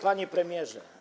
Panie Premierze!